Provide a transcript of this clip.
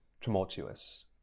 tumultuous